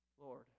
lord